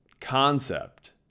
concept